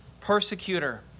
persecutor